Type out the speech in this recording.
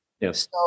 yes